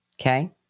okay